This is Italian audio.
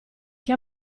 che